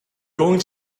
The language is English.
going